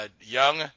young